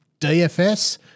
DFS